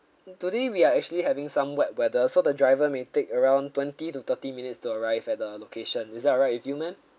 today we are actually having some wet weather so the driver may take around twenty to thirty minutes to arrive at the location is that alright with you ma'am